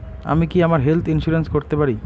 আমি কি আমার হেলথ ইন্সুরেন্স করতে পারি?